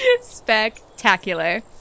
spectacular